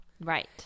Right